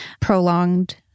prolonged